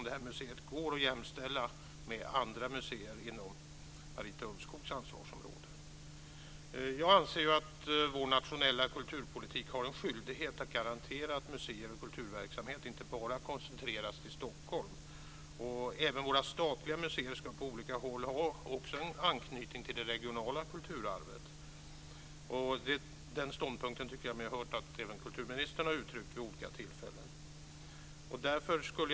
Det går ju att jämställa det här museet med andra museer inom Jag anser att vår nationella kulturpolitik har en skyldighet att garantera att museer och kulturverksamhet inte bara koncentreras till Stockholm. Även de statliga museerna som finns på olika håll ska ha en anknytning till det regionala kulturarvet. Jag tycker mig ha hört att även kulturministern har uttryckt den ståndpunkten vid olika tillfällen.